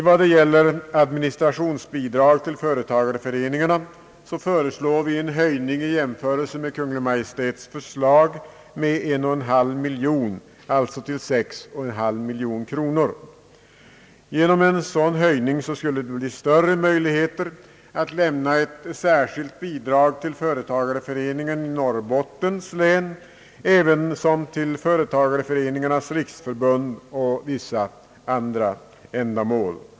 När det gäller administrationsbidrag till företagareföreningarna föreslår vi en höjning med 1,5 miljon utöver vad Kungl. Maj:t begärt, till 6,5 miljoner. Genom en sådan höjning skulle det bli större möjligheter att lämna ett särskilt bidrag till företagareföreningen i Norrbottens län, ävensom till Företagareföreningarnas förbund och vissa andra sammanslutningar.